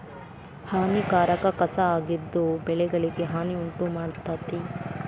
ಹಾನಿಕಾರಕ ಕಸಾ ಆಗಿದ್ದು ಬೆಳೆಗಳಿಗೆ ಹಾನಿ ಉಂಟಮಾಡ್ತತಿ